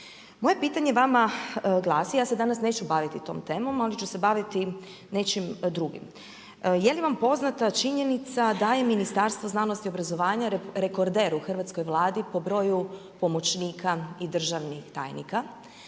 Moje pitanje vama glasi, ja se danas neću baviti tom temom ali ću se baviti nečim drugim. Je li vam poznata činjenica da je Ministarstvo znanosti i obrazovanja rekorder u hrvatskoj Vladi po broju pomoćnika i državnih tajnika?